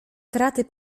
kraty